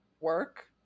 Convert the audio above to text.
work